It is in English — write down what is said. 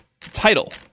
Title